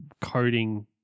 coding